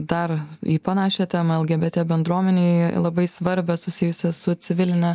dar į panašią temą lgbt bendruomenei labai svarbią susijusią su civiline